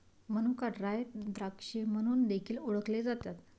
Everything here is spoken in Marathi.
मनुका ड्राय द्राक्षे म्हणून देखील ओळखले जातात